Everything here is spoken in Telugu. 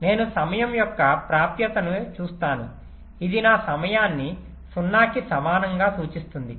నేను సమయం యొక్క ప్రాప్యతను చూస్తాను ఇది నా సమయాన్ని 0 కి సమానంగా సూచిస్తుంది